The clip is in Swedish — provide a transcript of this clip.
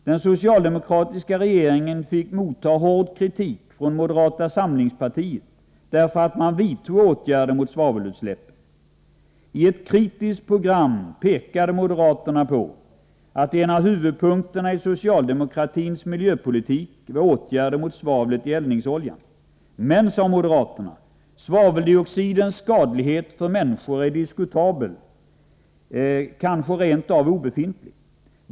Den socialdemokratiska regeringen fick motta hård kritik från moderata samlingspartiet därför att man vidtog åtgärder mot svavelutsläppen. I ett kritiskt program pekar moderaterna på att en av huvudpunkterna i socialdemokratins miljövårdspolitik är åtgärder mot svavlet i eldningsolja. Men, sade moderaterna, svaveldioxidens skadlighet för människor är diskutabel, kanske rent av obefintlig.